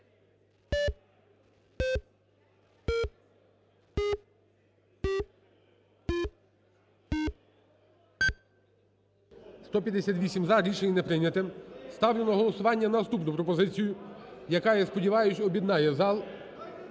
За-158 Рішення не прийнято. Ставлю на голосування наступну пропозицію, яка, я сподіваюсь, об'єднає зал: